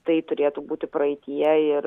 tai turėtų būti praeityje ir